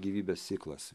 gyvybės ciklas